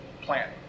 plant